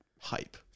hype